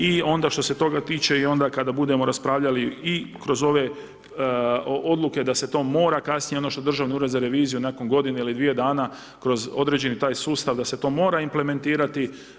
I onda što se toga tiče i onda kada budemo raspravljali i kroz ove odluke da se to mora kasnije ono što Državni ured za reviziju nakon godine ili dvije dana kroz određeni taj sustav da se to mora implementirati.